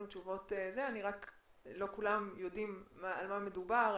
תשובות אבל לא כולם יודעים על מה מדובר.